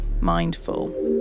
mindful